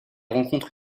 rencontre